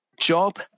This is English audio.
Job